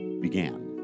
began